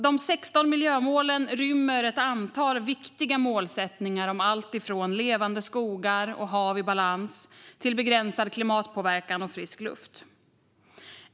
De 16 miljömålen rymmer ett antal viktiga målsättningar om alltifrån levande skogar och hav i balans till begränsad klimatpåverkan och frisk luft.